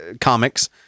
comics